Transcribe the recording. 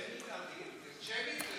זה שמית?